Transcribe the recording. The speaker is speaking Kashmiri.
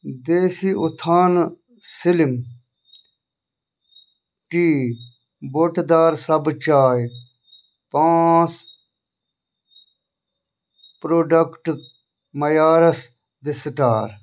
دیسی اُتھانہٕ سلِم ٹی بوٹہٕ دار سبٕز چاے پانٛژھ پرٛوڈَکٹہٕ معیارَس دِ سٹار